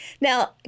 Now